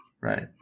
Right